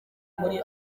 muri